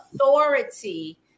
authority